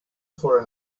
for